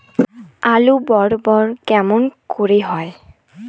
আলু বড় বড় কেমন করে হয়?